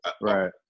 Right